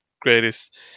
greatest